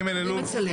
ג' באלול התשפ"א,